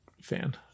fan